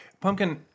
Pumpkin